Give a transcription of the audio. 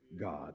God